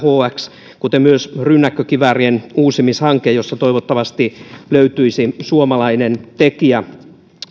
hx kuten myös rynnäkkökiväärien uusimishanke jossa toivottavasti löytyisi suomalainen tekijä